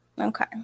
Okay